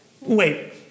Wait